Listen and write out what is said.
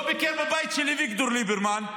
לא ביקר בבית של אביגדור ליברמן,